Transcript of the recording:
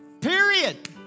period